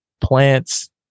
plants